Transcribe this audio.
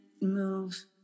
move